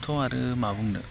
आरो मा बुंनो